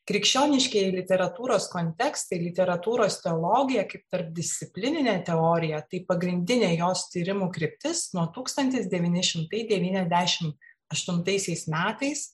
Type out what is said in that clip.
krikščioniškieji literatūros kontekstai literatūros teologija kaip tarpdisciplininė teorija tai pagrindinė jos tyrimų kryptis nuo tūkstantis devyni šimtai devyniasdešimt aštuntaisiais metais